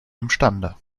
imstande